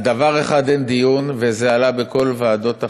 על דבר אחד אין דיון, וזה עלה בכל ועדות החקירה,